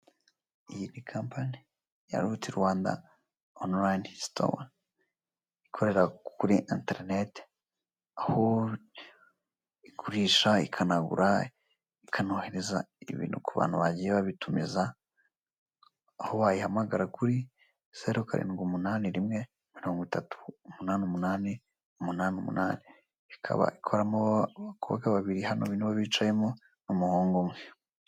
Iyi ni kampani ya Roots Rwanda onulayini sitowa ikorera kuri interineti aho igurisha ikanagura, ikanohereza ibintu kubantu bagiye babitumiza aho wayihamagara 0781308888 ikaba ikoramo abakobwa babiri nibo bicayemo n'umuhungu umwe.